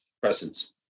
presence